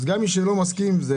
גם מי שלא מסכים עם זה